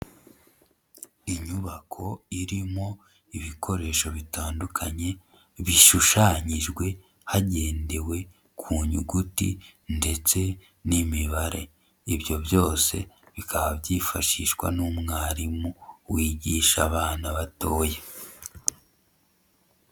Inyubako irimo ibikoresho bitandukanye bishushanyijwe hagendewe ku nyuguti ndetse n'imibare. Ibyo byose bikaba byifashishwa n'umwarimu wigisha abana batoya.